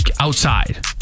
outside